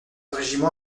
régiment